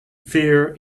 fear